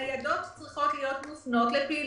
הניידות צריכות להיות מופנות לאזורים